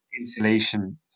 insulation